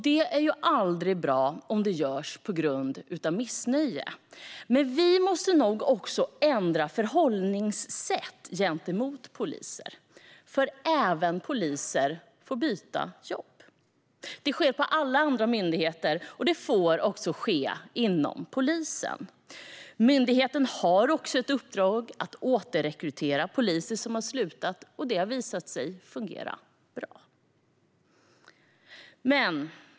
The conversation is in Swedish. Det är ju aldrig bra om det görs på grund av missnöje. Men vi måste nog också ändra förhållningssätt gentemot polisen, för även poliser får byta jobb. Det sker på alla andra myndigheter, och det får ske också inom polisen. Myndigheten har också ett uppdrag att återrekrytera poliser som har slutat, och det har visat sig fungera bra.